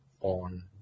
on